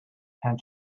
and